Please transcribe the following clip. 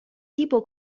tipo